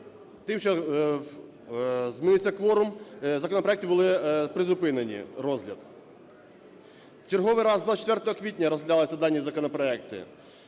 тим, що змінився кворум, законопроекти були призупинені, розгляд. В черговий раз 24 квітня розглядалися дані законопроекти,